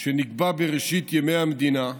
שנקבע בראשית ימי המדינה,